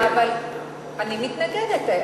אבל אני מתנגדת.